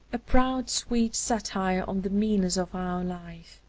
a proud sweet satire on the meanness of our life.